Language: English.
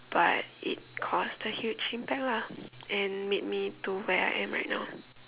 but it caused a huge impact lah and made me to where I am right now